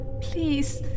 Please